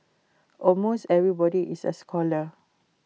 almost everybody is A scholar